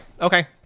okay